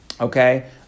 Okay